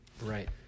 Right